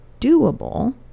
doable